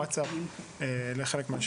ווצאפ ועוד.